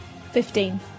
Fifteen